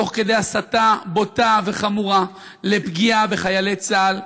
תוך כדי הסתה בוטה וחמורה לפגיעה בחיילי צה"ל,